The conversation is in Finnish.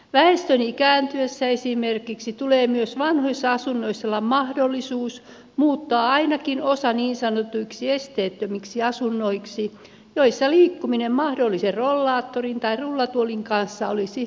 väestön ikääntyessä esimerkiksi tulee myös vanhoissa asunnoissa olla mahdollisuus muuttaa ainakin osa niin sanotuiksi esteettömiksi asunnoiksi joissa liikkuminen mahdollisen rollaattorin tai rullatuolin kanssa olisi mahdollista